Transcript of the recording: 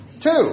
Two